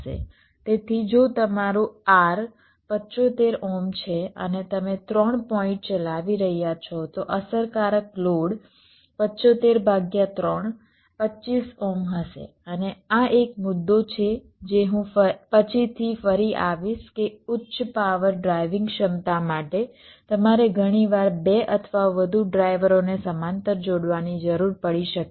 તેથી જો તમારું R 75 ઓહ્મ છે અને તમે 3 પોઇન્ટ ચલાવી રહ્યા છો તો અસરકારક લોડ 25 ઓહ્મ હશે અને આ એક મુદ્દો છે જે હું પછીથી ફરી આવીશ કે ઉચ્ચ પાવર ડ્રાઇવિંગ ક્ષમતા માટે તમારે ઘણીવાર 2 અથવા વધુ ડ્રાઇવરોને સમાંતર જોડવાની જરૂર પડી શકે છે